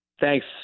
Thanks